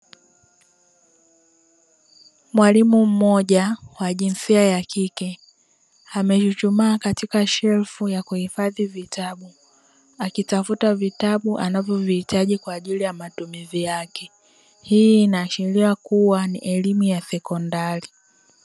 Mwalimu mmoja wa jinsia ya kike amechuchumaa katika shelfu ya kuhifadhi vitabu akitafuta vitabu anavyohitaji kwa ajili ya matumizi yake, hii inaashiria kuwa ni elimu ya sekondari.